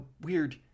weird